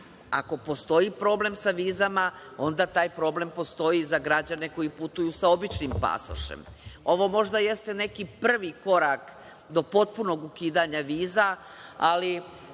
Ako postoji problem sa vizama, onda taj problem postoji za građane koji putuju sa običnim pasošem. Ovo možda jeste neki prvi korak do potpunog ukidanja viza, ali